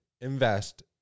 invest